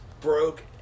broke